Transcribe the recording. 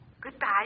Goodbye